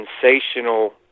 sensational